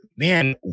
Man